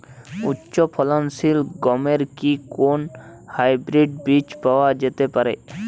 উচ্চ ফলনশীল গমের কি কোন হাইব্রীড বীজ পাওয়া যেতে পারে?